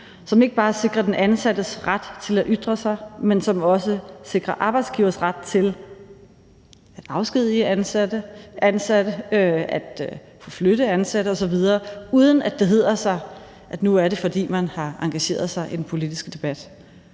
som ikke bare sikrer den ansattes ret til at ytre sig, men som også sikrer arbejdsgivers ret til at afskedige ansatte, at forflytte ansatte osv., uden at det hedder sig, at nu er det, fordi man har engageret sig i den politiske debat.